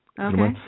Okay